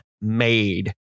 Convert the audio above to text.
made